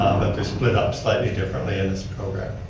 um but they split up slightly differently in this program.